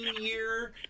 year